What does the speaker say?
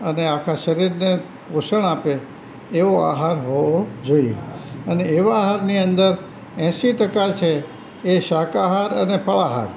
અને આખાં શરીરને પોષણ આપે એવો આહાર હોવો જોઇએ અને એવાં આહારની અંદર એંશી ટકા છે એ શાકાહાર અને ફળાહાર